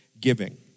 giving